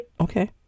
Okay